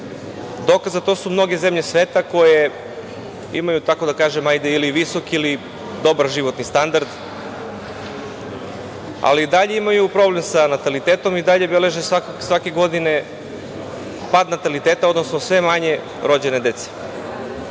Dokaz za to su mnoge zemlje sveta koje imaju, tako da kažem, visok ili dobar životni standard, ali i dalje imaju problem sa natalitetom i dalje beleže svake godine pad nataliteta, odnosno sve manje rođene dece.